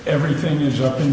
everything is up in